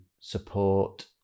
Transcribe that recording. support